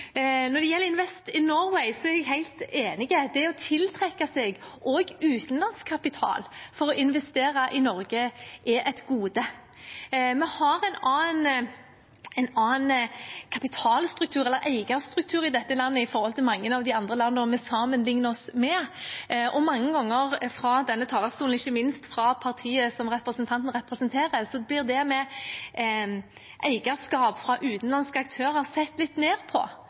Når det gjelder Invest in Norway, er jeg helt enig. Det å tiltrekke seg også utenlandsk kapital for å investere i Norge er et gode. Vi har en annen kapitalstruktur, eller eierstruktur, i dette landet enn mange av de andre landene vi sammenligner oss med, og mange ganger fra denne talerstolen, og ikke minst fra partiet som representanten representerer, blir det med eierskap fra utenlandske aktører sett litt ned på.